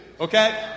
Okay